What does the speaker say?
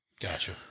Gotcha